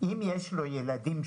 אם יש לו שני ילדים,